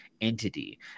entity